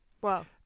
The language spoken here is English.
Wow